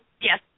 Yes